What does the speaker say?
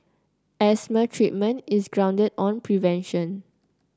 asthma treatment is grounded on prevention